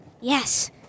Yes